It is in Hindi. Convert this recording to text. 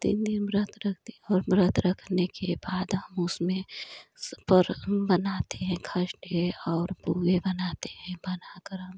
तीन दिन व्रत रखती हूँ और व्रत रखने के बाद हम उसमें पर बनाते हैं खस्ते और पुए बनाते हैं बनाकर हम